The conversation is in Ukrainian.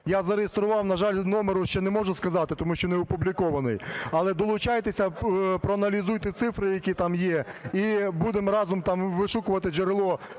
я зареєстрував, на жаль, номер ще не можу сказати, тому що не опублікований. Але долучайтеся, проаналізуйте цифри, які там є. І будемо разом там вишукувати джерело